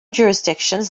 jurisdictions